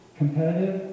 competitive